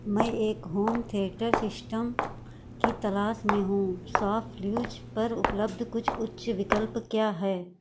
मैं एक home theatre system की तलाश में हूँ शॉपक्लूज़ पर उपलब्ध कुछ उच्च विकल्प क्या हैं